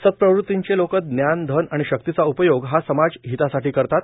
सत्प्रवृतीचे लोक ज्ञानए धन आणि शक्तीचा उपयोग हा समाजहितासाठी करतात